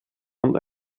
und